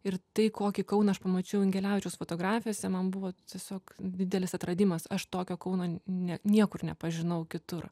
ir tai kokį kauną aš pamačiau ingelevičiaus fotografijose man buvo tiesiog didelis atradimas aš tokio kauno ne niekur nepažinau kitur